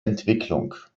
entwicklung